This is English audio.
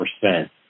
percent